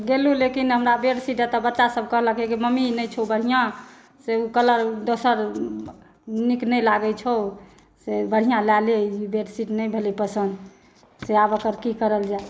गेलहुॅं लेकिन हमरा बेडशीट दऽ बच्चा सभ कहलक जे गे मम्मी नहि छौ बढ़िऑं से ओ कलर दोसर नीक नहि लागै छौ से बढ़िऑं लय ले ई बेडशीट नहि भेलै पसन्द से आब एकर की करल जाय